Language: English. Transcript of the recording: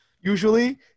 Usually